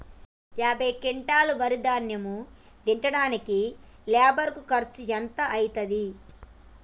యాభై క్వింటాల్ వరి ధాన్యము దించడానికి లేబర్ ఖర్చు ఎంత అయితది?